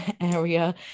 area